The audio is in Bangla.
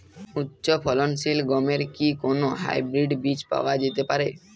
উচ্চ ফলনশীল গমের কি কোন হাইব্রীড বীজ পাওয়া যেতে পারে?